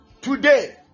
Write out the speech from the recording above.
today